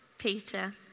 Peter